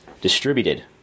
distributed